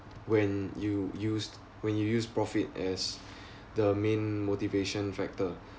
when you used when you use profit as the main motivation factor